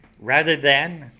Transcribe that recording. rather than,